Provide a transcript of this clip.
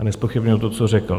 Nezpochybňuji to, co řekl.